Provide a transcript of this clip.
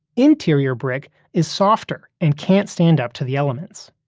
interior brick is softer and can't stand up to the elements.